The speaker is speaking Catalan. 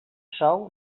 sou